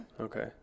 Okay